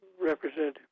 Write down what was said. representative